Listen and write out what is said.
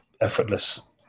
effortless